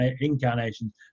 incarnations